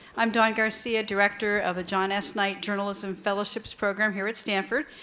i'm dawn garcia, director of the john s. knight journalism fellowships program here at stanford,